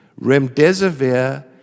Remdesivir